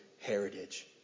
heritage